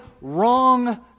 wrong